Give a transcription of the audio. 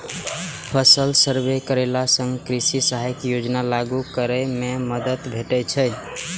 फसल सर्वे करेला सं कृषि सहायता योजना लागू करै मे मदति भेटैत छैक